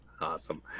Awesome